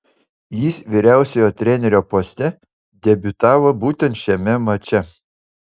jis vyriausiojo trenerio poste debiutavo būtent šiame mače